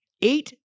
eight